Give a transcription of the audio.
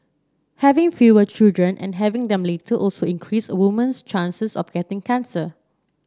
having fewer children and having them later also increase a woman's chances of getting cancer